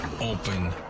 open